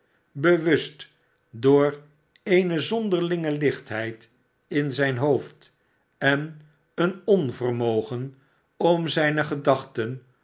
bewust door eene zonderlinge lichtheid in zijn hoofd en een onvermogen om zijne gedachten